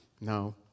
No